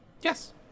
yes